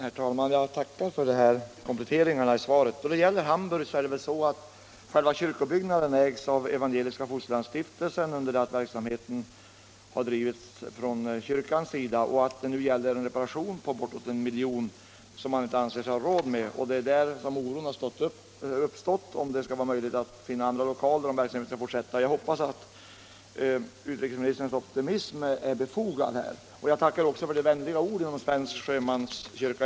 Herr talman! Jag tackar för kompletteringarna till det lämnade svaret. Då det gäller sjömanskyrkan i Hamburg vill jag nämna att själva kyrkobyggnaden ägs av Evangeliska fosterlandsstiftelsen under det att svenska kyrkan har bedrivit verksamheten där. Vad det nu gäller'är en reparation för bortåt 1 milj.kr. som man inte anser sig ha råd med. Oro har därför uppstått på grund av osäkerheten om man skall kunna finna andra lokaler, där verksamheten kan fortsätta. Jag hoppas att utrikesministerns optimism är befogad. Jag tackar också för de vänliga orden om svenska sjömanskyrkor.